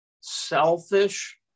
selfish